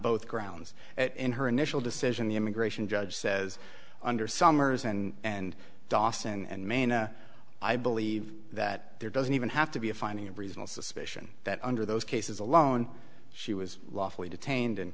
both grounds it in her initial decision the immigration judge says under summers and dawson and maina i believe that there doesn't even have to be a finding of reasonable suspicion that under those cases alone she was lawfully detained and